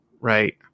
right